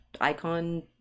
icon